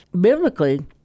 biblically